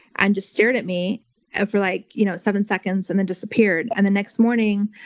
and just stared at me and for like you know seven seconds, and then disappeared. and the next morning,